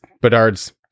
bedard's